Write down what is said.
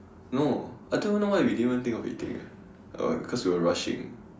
no I don't even know why we didn't even think of eating eh because we were rushing